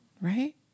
right